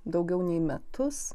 daugiau nei metus